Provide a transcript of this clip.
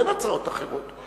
אין הצעות אחרות.